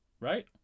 right